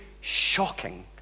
shocking